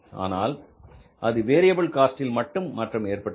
ஆனால் அது variable cost மட்டும் மாற்றம் ஏற்பட்டது